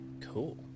Cool